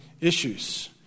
issues